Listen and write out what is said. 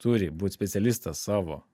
turi būt specialistas savo